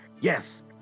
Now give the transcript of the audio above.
yes